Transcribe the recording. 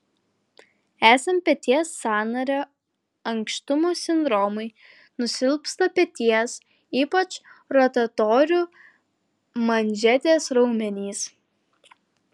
esant peties sąnario ankštumo sindromui nusilpsta peties ypač rotatorių manžetės raumenys